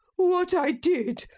what i did,